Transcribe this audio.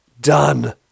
Done